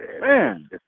man